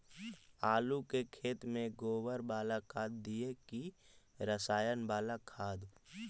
आलू के खेत में गोबर बाला खाद दियै की रसायन बाला खाद?